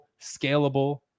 scalable